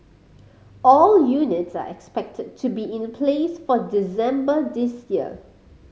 all units are expected to be in a place for December this year